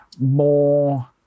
more